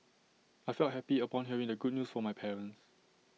I felt happy upon hearing the good news from my parents